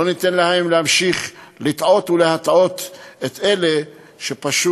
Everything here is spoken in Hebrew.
לא ניתן להם להמשיך לטעות ולהטעות את אלה שפשוט